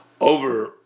over